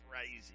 crazy